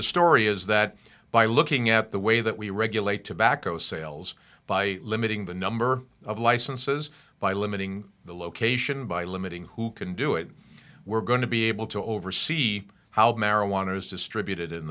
story is that by looking at the way that we regulate tobacco sales by limiting the number of licenses by limiting the location by limiting who can do it we're going to be able to oversee how marijuana is distributed in